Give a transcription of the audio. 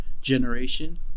generation